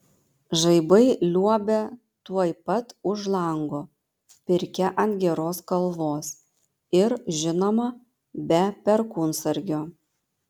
žaibai liuobia tuoj pat už lango pirkia ant geros kalvos ir žinoma be perkūnsargio